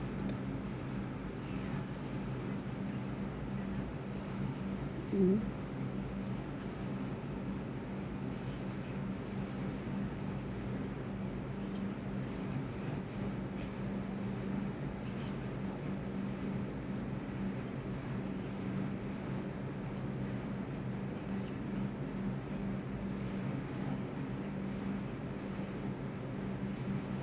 mmhmm